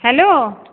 hello